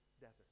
desert